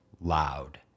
loud